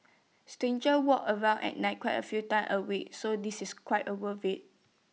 strangers walk around at night quite A few times A week so this is quite A war way